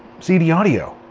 cd audio!